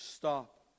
Stop